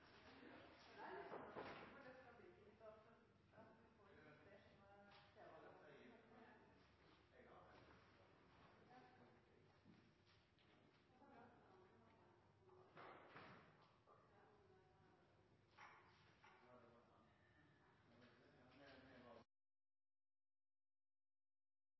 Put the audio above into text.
sa det som det var,